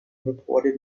reported